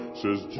says